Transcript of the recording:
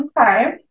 Okay